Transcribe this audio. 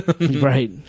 right